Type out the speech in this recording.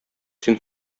син